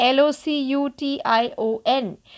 L-O-C-U-T-I-O-N